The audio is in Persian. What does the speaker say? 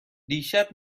دیشب